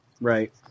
Right